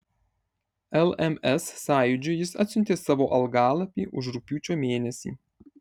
lms sąjūdžiui jis atsiuntė savo algalapį už rugpjūčio mėnesį